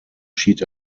schied